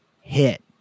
hit